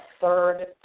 third